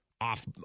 off